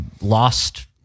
lost